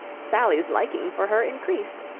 sally's liking for her increased.